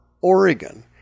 Oregon